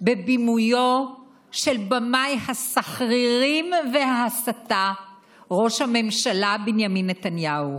בבימויו של במאי הסחרירים וההסתה ראש הממשלה בנימין נתניהו,